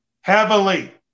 Heavily